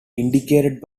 indicated